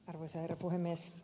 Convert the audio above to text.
arvoisa herra puhemies